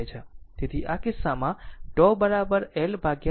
તેથી આ કિસ્સામાં τ LRThevenin